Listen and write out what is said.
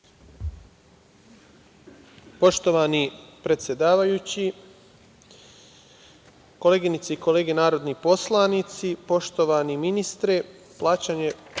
Poštovani predsedavajući, koleginice i kolege narodni poslanici, poštovani ministre, javljam